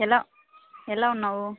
ఎలా ఎలా ఉన్నావు